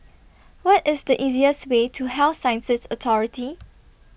What IS The easiest Way to Health Sciences Authority